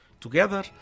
Together